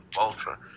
Ultra